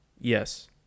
Yes